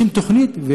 לשים תוכנית,